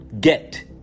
get